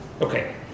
Okay